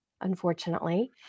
unfortunately